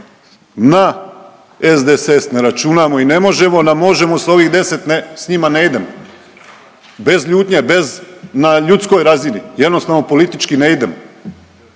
na SDSS ne računamo i ne možemo, na Možemo s ovih 10 ne, s njima ne idemo. Bez ljutnje, bez na ljudskoj razini. Jednostavno politički ne idemo